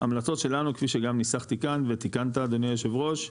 ההמלצות שלנו כפי שגם ניסחתי כאן ותקנת אדוני היושב ראש,